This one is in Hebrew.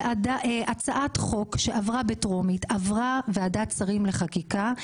הצעת חוק שעברה בטרומית עברה ועדת שרים לחקיקה,